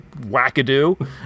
wackadoo